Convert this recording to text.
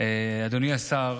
אדוני השר,